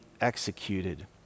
executed